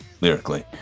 lyrically